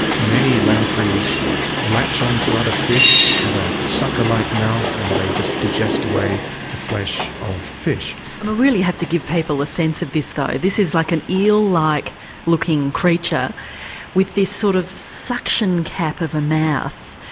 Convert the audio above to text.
many lampreys latch onto other fish, have a sucker-like mouth and they just digest away the flesh of fish. we um really have to give people a sense of this though. this is like an eel-like looking creature with this sort of suction cap of a mouth,